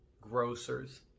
grocers